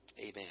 Amen